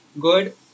good